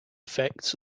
effects